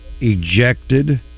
ejected